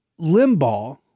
Limbaugh